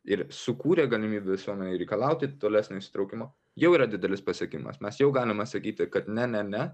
ir sukūrė galimybę visuomenei reikalauti tolesnio įsitraukimo jau yra didelis pasiekimas mes jau galima sakyti kad ne ne ne